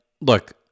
look